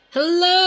Hello